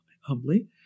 humbly